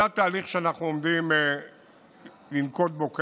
התהליך שאנחנו עומדים לנקוט בו כעת: